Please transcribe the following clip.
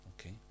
Okay